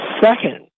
second